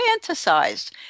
fantasized